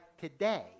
today